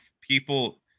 people